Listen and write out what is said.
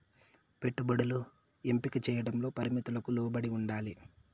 పెట్టుబడులు ఎంపిక చేయడంలో పరిమితులకు లోబడి ఉండాలి